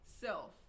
self